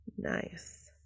nice